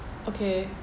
okay